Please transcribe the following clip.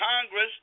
Congress